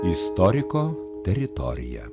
istoriko teritorija